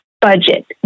budget